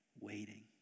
waiting